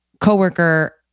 coworker